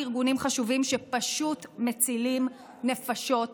ארגונים חשובים שפשוט מצילים נפשות יום-יום,